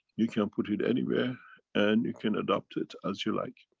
you can put it anywhere and you can adapt it as you like.